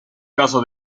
caso